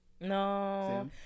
No